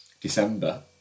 December